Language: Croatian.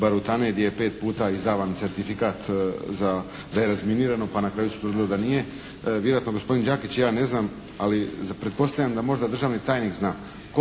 barutane gdje je pet puta izdavan certifikat da je razminirano pa na kraju se utvrdilo da nije. Vjerojatno gospodin Đakić i ja ne znam ali pretpostavljam da možda državni tajnik zna.